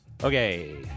Okay